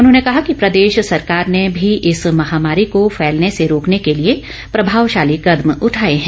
उन्होंने कहा कि प्रदेश सरकार ने भी इस महामारी को फैलने से रोकने के लिए प्रभावशाली कदम उठाए हैं